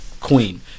Queen